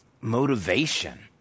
motivation